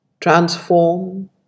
transform